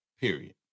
Period